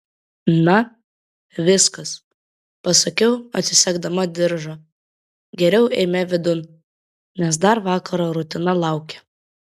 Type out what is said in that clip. na viskas pasakiau atsisegdama diržą geriau eime vidun nes dar vakaro rutina laukia